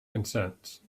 consents